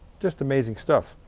just amazing stuff.